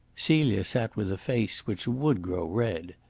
celia sat with a face which would grow red.